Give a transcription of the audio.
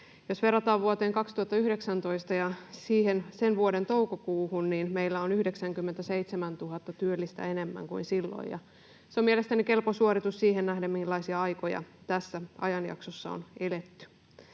Jos verrataan vuoteen 2019 ja sen vuoden toukokuuhun, niin meillä on 97 000 työllistä enemmän kuin silloin, ja se on mielestäni kelpo suoritus siihen nähden, millaisia aikoja tässä ajanjaksossa on eletty.